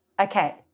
Okay